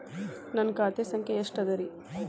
ನನ್ನ ಖಾತೆ ಸಂಖ್ಯೆ ಎಷ್ಟ ಅದರಿ?